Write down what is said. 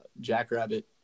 Jackrabbit